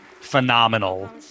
phenomenal